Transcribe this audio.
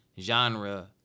genre